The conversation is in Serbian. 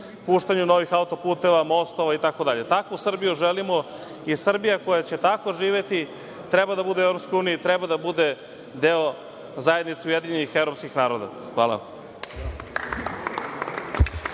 puštanju novih autoputeva, mostova, itd. Takvu Srbiju želimo, jer Srbija koja će tako živeti treba da bude u EU i treba da bude deo zajednice ujedinjenih evropskih naroda. Hvala.